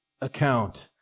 account